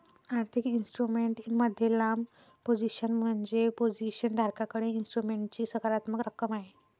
आर्थिक इन्स्ट्रुमेंट मध्ये लांब पोझिशन म्हणजे पोझिशन धारकाकडे इन्स्ट्रुमेंटची सकारात्मक रक्कम आहे